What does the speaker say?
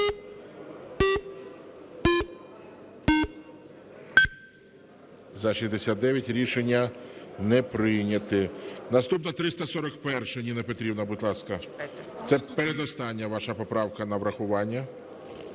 За-69 Рішення не прийнято. Наступна, 341-а. Ніна Петрівна, будь ласка. Це передостання ваша поправка на врахування.